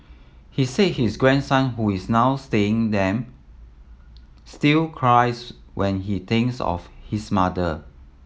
he said his grandson who is now staying them still cries when he thinks of his mother